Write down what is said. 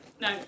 No